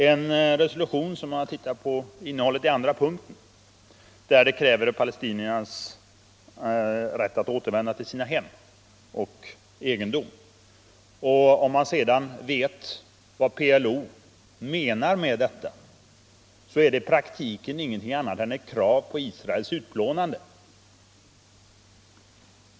I resolutionen hävdas i andra punkten palestiniernas rätt att återvända till sina hem och sin egendom. När man vet vad PLO i praktiken menar med detta förstår man att det inte är någonting annat än ett krav på Israels utplånande.